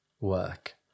work